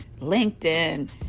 LinkedIn